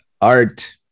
art